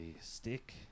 stick